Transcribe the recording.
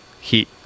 heat